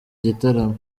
gitaramo